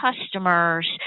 customers